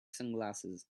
sunglasses